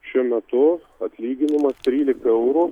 šiuo metu atlyginimas trylika eurų